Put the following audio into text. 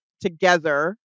together